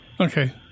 Okay